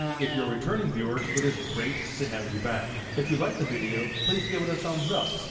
if you're a returning viewer, it is great to have you back. if you like the video, please give it a thumbs up,